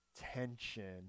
tension